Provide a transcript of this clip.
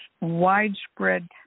widespread